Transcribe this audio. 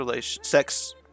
sex